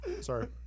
Sorry